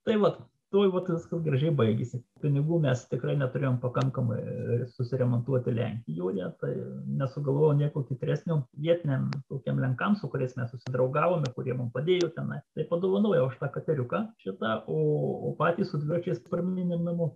tai vat tuo vat viskas gražiai baigėsi pinigų mes tikrai neturėjom pakankamai ir susiremontuoti lenkijoje tai nesugalvojom nieko kytresnio vietiniam tokiem lenkam su kuriais mes susidraugavom ir kuriems padėjo tenai tai padovanojau aš tą kateriuką šita o patys su dviračiais parmynėm namo